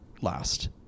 last